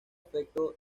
afecto